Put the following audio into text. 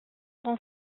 son